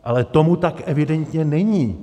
Ale tomu tak evidentně není.